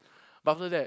but after that